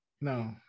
No